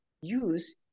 use